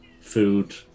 food